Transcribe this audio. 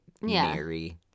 Mary